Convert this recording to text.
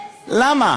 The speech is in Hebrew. למה?